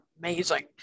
amazing